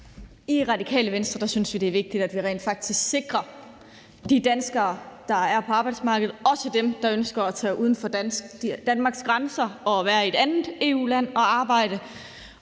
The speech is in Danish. I Radikale Venstre synes vi, det er vigtigt, at vi rent faktisk sikrer de danskere, der er på arbejdsmarkedet, også dem, der ønsker at tage uden for Danmarks grænser og være i et andet EU-land og arbejde,